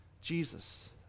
Jesus